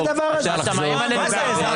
מוצאי שבת סוגרים את איילון.